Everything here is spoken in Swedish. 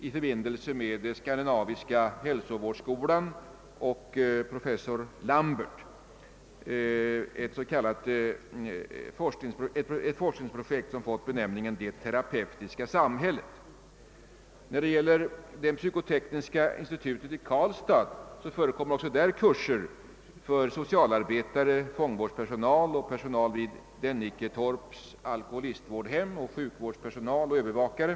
I samråd med Skandinaviska hälsovårdsskolan och professor Lambert skall ett forskningsprojekt avseende »Det terapeutiska samhället» läggas upp. Vid psykotekniska institutet i Karlstad förekommer också kurser för socialarbetare, fångvårdspersonal, personal vid Dennicketorp alkoholistvårdhem, sjukvårdspersonal och övervakare.